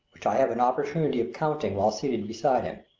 which i have an opportunity of counting while seated beside him.